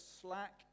slack